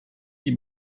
die